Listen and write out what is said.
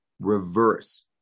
reverse